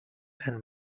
and